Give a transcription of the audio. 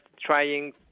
trying